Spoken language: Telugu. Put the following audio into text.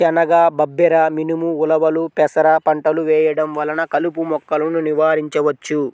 శనగ, బబ్బెర, మినుము, ఉలవలు, పెసర పంటలు వేయడం వలన కలుపు మొక్కలను నివారించవచ్చు